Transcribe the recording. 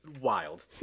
wild